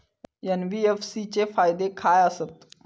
NBFC चे फायदे खाय आसत?